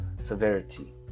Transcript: severity